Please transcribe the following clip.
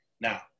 Now